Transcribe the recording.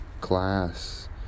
Class